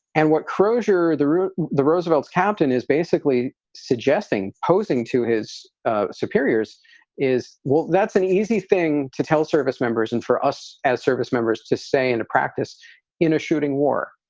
and what crozier the root the roosevelts captain is basically suggesting posing to his superiors is, well, that's an easy thing to tell service members. and for us as service members to say in a practice in a shooting war,